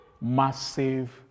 massive